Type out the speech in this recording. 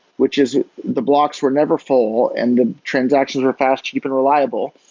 which is the blocks were never full and the transactions are fast, cheap and reliable.